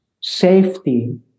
safety